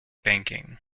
banking